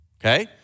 Okay